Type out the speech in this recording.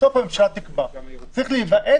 בסוף הממשלה תקבע אבל צריך להיוועץ